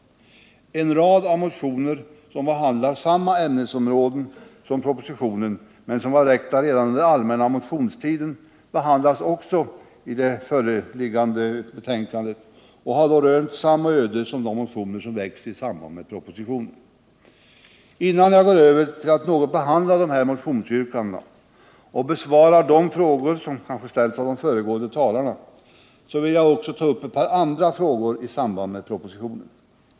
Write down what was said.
En rad av motioner som behandlar samma ämnesområden som propositionen men som var väckta redan under allmänna motionstiden behandlas också i det föreliggande betänkandet och har då rönt samma öde som de motioner som väckts i samband med propositionen. Innan jag går över till att något behandla dessa motionsyrkanden och besvara de frågor som ställts av de föregående talarna vill jag också ta upp ett par andra frågor i samband med propositionen.